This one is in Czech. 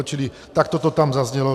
Čili takto to tam zaznělo.